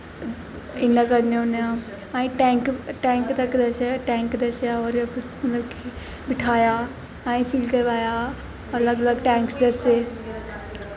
इ'यां करने होने आं असें ई टैंक टैंक तक्कर दस्से टैंक दस्सेआ होर मतलब कि बठाया फुल्का पाया अलग अलग टैंक्स दस्से